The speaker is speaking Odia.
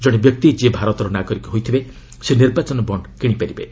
ଜଣେ ବ୍ୟକ୍ତି ଯିଏ ଭାରତର ନାଗରିକ ହୋଇଥିବେ ସେ ନିର୍ବାଚନ ବଣ୍ଡ କିଶିପାରିବେ